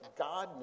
Godness